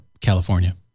California